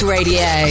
Radio